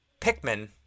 Pikmin